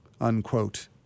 unquote